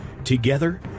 Together